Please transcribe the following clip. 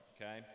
Okay